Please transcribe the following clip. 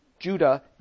Judah